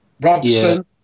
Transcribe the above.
Robson